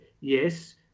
yes